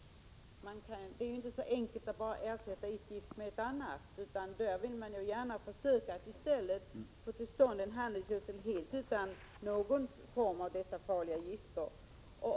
Det bör ju inte vara så att vi ersätter ett giftigt ämne med ett annat. Helst vill man i stället försöka få fram ett handelsgödsel helt utan farliga gifter.